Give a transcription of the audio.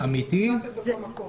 כי אנחנו עובדים באותו מקום.